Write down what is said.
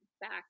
back